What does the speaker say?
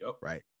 right